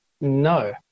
no